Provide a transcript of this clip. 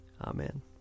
Amen